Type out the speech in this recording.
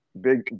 Big